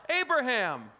Abraham